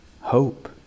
hope